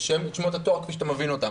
שמות התואר כפי שאתה מבין אותם.